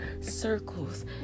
circles